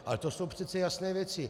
Ale to jsou přece jasné věci.